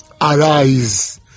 Arise